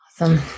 Awesome